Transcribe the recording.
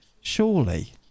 surely